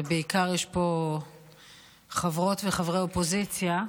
ובעיקר יש פה חברות וחברי אופוזיציה,